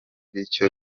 bityo